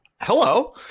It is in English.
Hello